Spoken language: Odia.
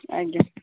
ଆଜ୍ଞା